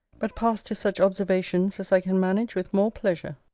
but pass to such observations as i can manage with more pleasure,